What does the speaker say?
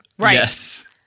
Yes